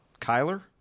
Kyler